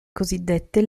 cosiddette